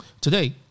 Today